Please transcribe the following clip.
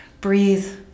breathe